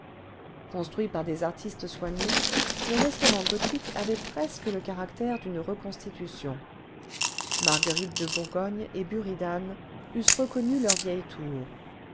construit par des artistes soigneux le restaurant gothique avait presque le caractère d'une reconstitution marguerite de bourgogne et buridan eussent reconnu leur vieille tour